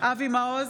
אבי מעוז,